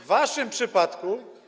W waszym przypadku.